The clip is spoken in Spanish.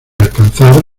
alcanzar